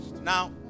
now